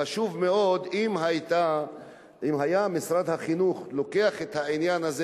חשוב מאוד שמשרד החינוך ייקח את העניין הזה